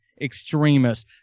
extremists